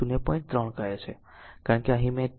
3 કહે છે કારણ કે અહીં મેં t 0